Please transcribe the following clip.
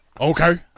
Okay